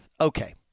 Okay